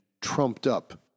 trumped-up